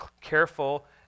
careful